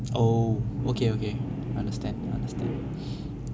oh okay okay understand understand